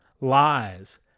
Lies